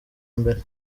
mbere